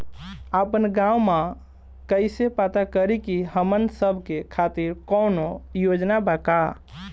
आपन गाँव म कइसे पता करि की हमन सब के खातिर कौनो योजना बा का?